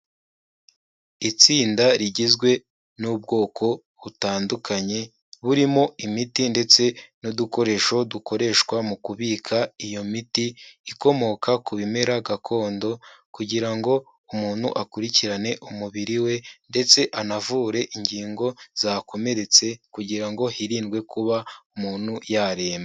Itsinda rigizwe n'ubwoko butandukanye burimo imiti ndetse n'udukoresho dukoreshwa mu kubika iyo miti, ikomoka ku bimera gakondo kugira ngo umuntu akurikirane umubiri we ndetse anavure ingingo zakomeretse kugira ngo hirindwe kuba umuntu yaremba.